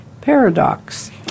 paradox